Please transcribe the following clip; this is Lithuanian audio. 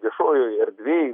viešojoj erdvėj